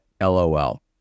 LOL